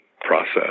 process